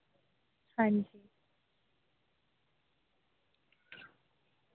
हां जी